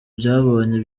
byabonye